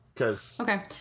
okay